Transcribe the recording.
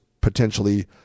potentially